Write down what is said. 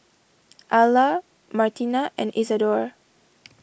Alla Martina and Isadore